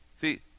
See